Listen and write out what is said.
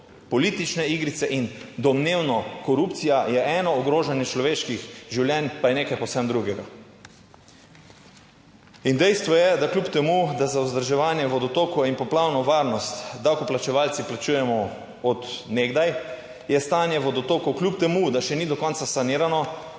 Politične igrice in domnevno korupcija je eno, ogrožanje človeških življenj pa je nekaj povsem drugega. In dejstvo je, da kljub temu, da za vzdrževanje vodotokov in poplavno varnost davkoplačevalci plačujemo od nekdaj je stanje vodotokov, kljub temu, da še ni do konca sanirano,